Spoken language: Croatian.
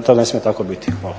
to ne smije tako biti. Hvala.